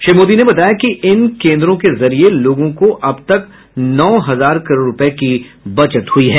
श्री मोदी ने बताया कि इन केन्द्रों के जरिए लोगों को अब तक नौ हजार करोड़ रुपये की बचत हुई है